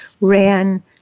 ran